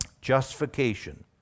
justification